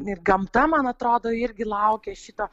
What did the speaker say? ir gamta man atrodo irgi laukė šito